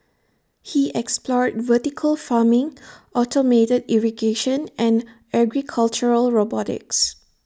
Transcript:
he explored vertical farming automated irrigation and agricultural robotics